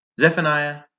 Zephaniah